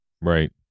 Right